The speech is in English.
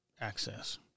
access